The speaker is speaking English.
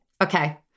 Okay